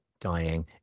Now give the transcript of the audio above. dying